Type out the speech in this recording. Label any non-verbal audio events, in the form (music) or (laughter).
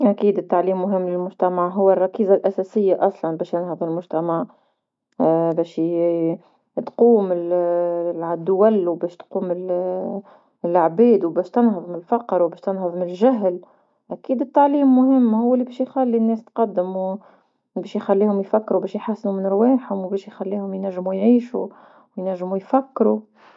أكيد التعليم مهم للمجتمع هو الركيزة الأساسية أصلا باش ينهض المجتمع، (hesitation) باش (hesitation) تقوم (hesitation) مع الدول وباش تقوم (hesitation) العباد وباش تنهض من الفقر وباش تنهض من الجهل، اكيد التعليم مهم هو اللي باش يخلي الناس تقدم، وباش يخليهم يفكروا باش يحسنوا من رواحهم وباش يخليوهم ينجموا يعيشوا وينجموا يفكروا.